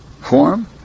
form